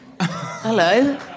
Hello